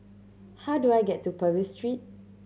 how do I get to Purvis Street